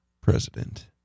President